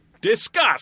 Discuss